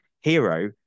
hero